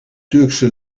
turkse